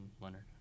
Leonard